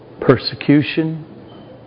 Persecution